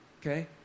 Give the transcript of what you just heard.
Okay